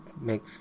make